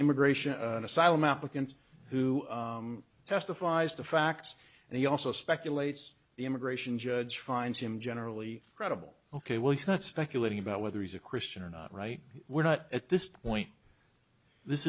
immigration asylum applicant who testifies to facts and he also speculates the immigration judge finds him generally credible ok well he's not speculating about whether he's a christian or not right we're not at this point this